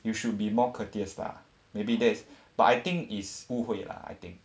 you should be more courteous lah maybe that is but I think it's 误会 lah I think